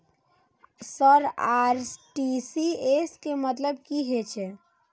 Sir RTGS के मतलब की हे छे?